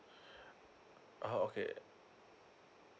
oh okay